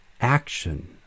action